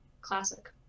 Classic